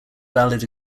valid